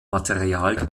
material